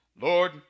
Lord